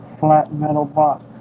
flat metal box